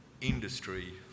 industry